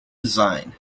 design